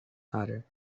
father